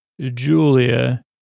Julia